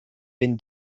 been